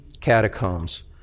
catacombs